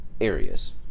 areas